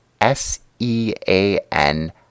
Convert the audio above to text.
S-E-A-N